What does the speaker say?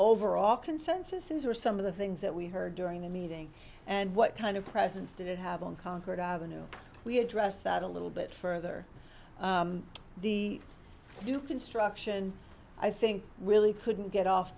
overall consensus is are some of the things that we heard during the meeting and what kind of presence did it have on concord ave we address that a little bit further the new construction i think really couldn't get off